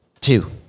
Two